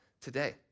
today